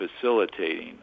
facilitating